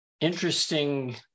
Interesting